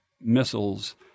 missiles